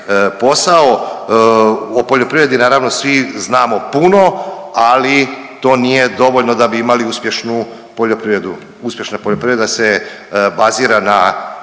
posao, o poljoprivredi naravno svi znamo puno, ali to nije dovoljno da bi imali uspješnu poljoprivredu. Uspješna poljoprivreda se bazira na